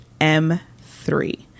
M3